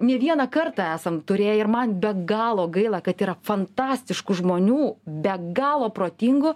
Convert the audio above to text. ne vieną kartą esam turėję ir man be galo gaila kad yra fantastiškų žmonių be galo protingų